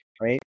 right